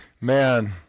Man